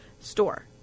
store